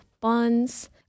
bonds